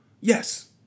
Yes